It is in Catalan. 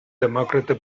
demòcrata